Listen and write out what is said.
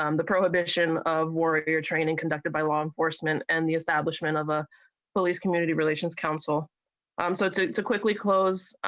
um the prohibition of war air training conducted by law enforcement and the establishment of a police community relations council i'm so certain to quickly close.